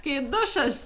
kaip dušas